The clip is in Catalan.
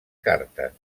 cartes